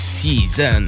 Season